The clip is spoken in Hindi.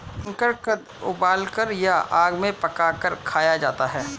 शकरकंद उबालकर या आग में पकाकर खाया जाता है